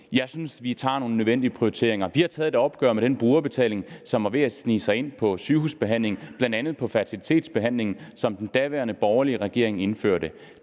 Jeg synes, vi tager nogle nødvendige prioriteringer. Vi har taget et opgør med den brugerbetaling, som var ved at snige sig ind på sygehusbehandlingen, bl.a. på fertilitetsbehandlingen – en brugerbetaling, som den daværende borgerlige regering indførte.